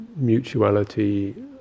mutuality